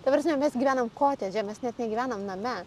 ta prasme mes gyvenam kotedže mes net negyvenam name